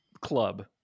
club